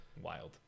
Wild